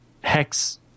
hex